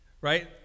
Right